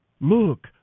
Look